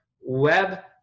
web